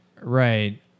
Right